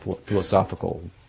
philosophical